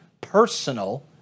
personal